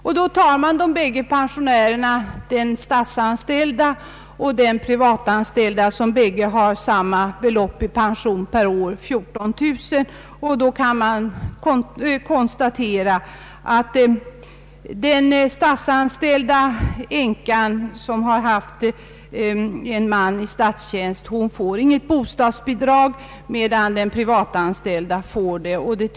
Ser vi på de båda pensionärerna — den statsanställda och den privatanställda — som har samma belopp i pension per år, 14 000 kronor, kan vi konstatera att änkan som har haft en man i statstjänst inte får något bostadsbidrag, medan den privatanställdes änka får det.